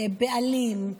ובעלים,